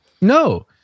No